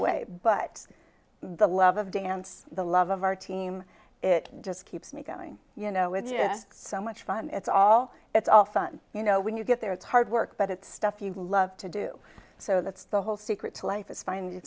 way but the love of dance the love of our team it just keeps me going you know with just so much fun it's all it's all fun you know when you get there it's hard work but it's stuff you love to do so that's the whole secret to life is find